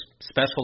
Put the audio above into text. special